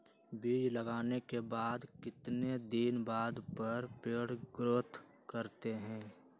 बीज लगाने के बाद कितने दिन बाद पर पेड़ ग्रोथ करते हैं?